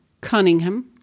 Cunningham